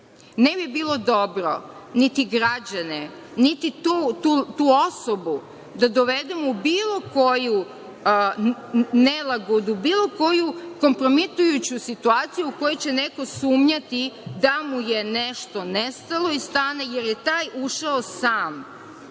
bi bilo dobro niti građane, niti tu osobu da dovedemo u bilo koju nelagodu, bilo koju kompromitujuću situaciju u kojoj će neko sumnjati da mu je nešto nestalo iz stana, jer je taj ušao sam,